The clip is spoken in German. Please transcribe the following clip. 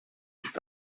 ist